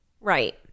Right